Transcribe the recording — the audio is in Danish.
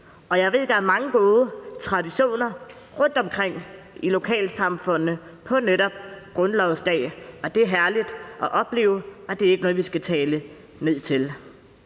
Og jeg ved, at der er mange gode traditioner rundtomkring i lokalsamfundene netop grundlovsdag, og det er herligt at opleve, og det er ikke noget, vi skal tale ned til.